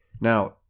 Now